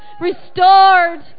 Restored